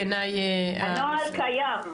הנוהל קיים.